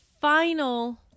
final